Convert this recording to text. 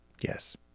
yes